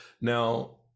now